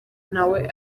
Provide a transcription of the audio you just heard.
nawe